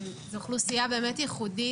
זו אוכלוסייה באמת ייחודית,